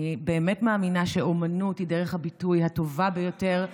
אני באמת מאמינה שאומנות היא דרך הביטוי הטובה ביותר,